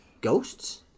Ghosts